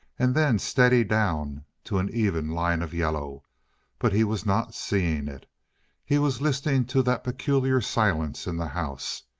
and then steady down to an even line of yellow but he was not seeing it he was listening to that peculiar silence in the house.